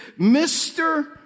Mr